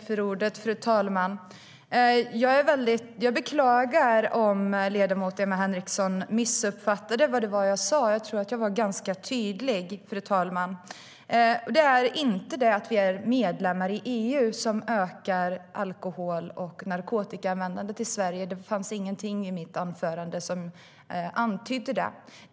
Fru talman! Jag beklagar om ledamoten Emma Henriksson missuppfattade vad jag sa. Jag tror att jag var ganska tydlig. Det är inte medlemskapet i EU som ökar alkohol och narkotikaanvändandet i Sverige. Det fanns ingenting i mitt anförande som antydde det.